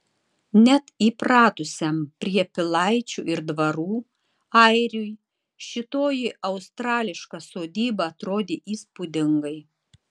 net įpratusiam prie pilaičių ir dvarų airiui šitoji australiška sodyba atrodė įspūdingai